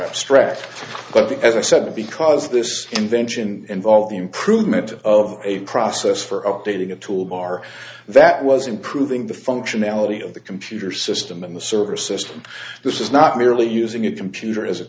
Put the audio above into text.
abstract but as i said because this invention involved the improvement of a process for updating a tool bar that was improving the functionality of the computer system in the server system this is not merely using a computer as a